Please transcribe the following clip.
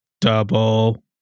Double